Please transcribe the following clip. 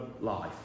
Life